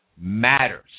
matters